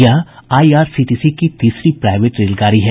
यह I R C T C की तीसरी प्राइवेट रेलगाड़ी है